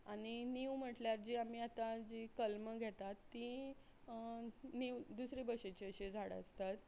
आनी नीव म्हटल्यार जी आमी आतां जी कल्मां घेतात ती नीव दुसरे भशेची अशी झाडां आसतात